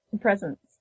presents